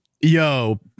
yo